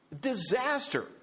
Disaster